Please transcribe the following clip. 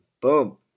Boom